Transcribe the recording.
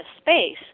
space